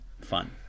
fun